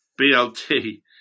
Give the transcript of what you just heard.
BLT